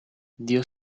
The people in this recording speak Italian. dio